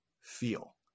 feel